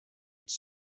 its